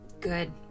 good